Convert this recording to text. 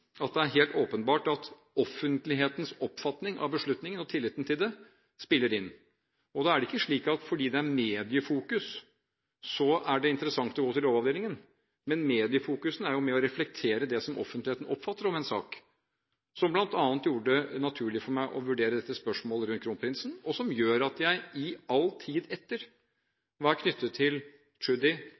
sist: Det er helt åpenbart at offentlighetens oppfatning av beslutningen og tilliten til den spiller inn. Det er ikke fordi det er mediefokus at det er interessant å gå til Lovavdelingen, men mediefokuset er med på å reflektere det som offentligheten oppfatter om en sak – noe som bl.a. gjorde det naturlig for meg å vurdere dette spørsmålet rundt kronprinsen, og som gjorde at jeg i all tid etter var knyttet til